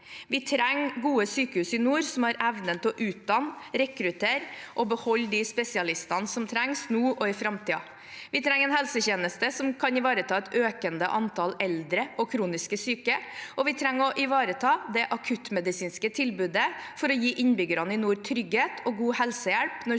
Vi trenger gode sykehus i nord som har evne til å utdanne, rekruttere og beholde de spesialistene som trengs nå og i framtiden. Vi trenger en helsetjeneste som kan ivareta et økende antall eldre og kronisk syke, og vi trenger å ivareta det akuttmedisinske tilbudet for å gi innbyggerne i nord trygghet og god helsehjelp